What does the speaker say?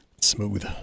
smooth